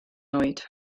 oed